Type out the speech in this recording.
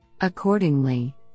Accordingly